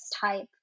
type